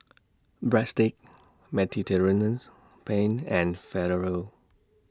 Breadsticks Mediterraneans Penne and Falafel